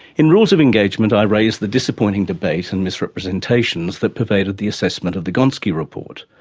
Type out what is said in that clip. in rules of engagement i raise the disappointing debate and misrepresentations that pervaded the assessment of the gonski report.